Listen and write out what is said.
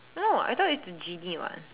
no I thought it's a genie one